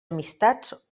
amistats